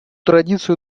традиция